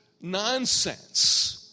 nonsense